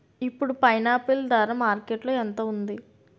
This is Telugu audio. ఇప్పుడు పైనాపిల్ ధర మార్కెట్లో ఎంత ఉంది?